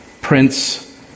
Prince